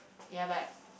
ya but